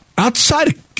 Outside